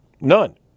None